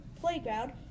playground